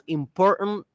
important